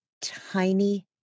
tiny